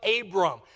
Abram